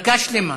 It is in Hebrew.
דקה שלמה.